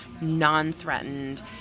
non-threatened